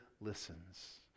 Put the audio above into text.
listens